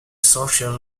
social